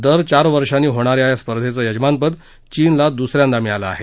दर चार वर्षांनी होणाऱ्या या स्पर्धेचं यजमानपद चीनला दुसऱ्यांदा मिळालं आहे